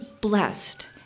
blessed